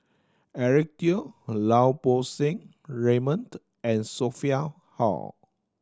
Eric Teo Lau Poo Seng Raymond and Sophia Hull